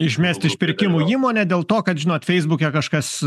išmesti iš pirkimo įmonę dėl to kad žinot feisbuke kažkas